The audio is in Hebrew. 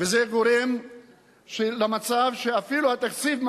וזה גורם למצב שאפילו התקציב,